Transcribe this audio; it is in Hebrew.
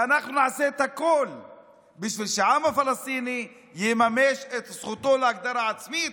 ואנחנו נעשה את הכול בשביל שהעם הפלסטיני יממש את זכותו להגדרה עצמית